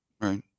Right